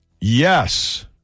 Yes